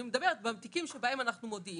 אני מדברת על התיקים שבהם אנחנו מודיעים,